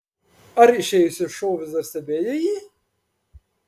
ar išėjusi iš šou vis dar stebėjai jį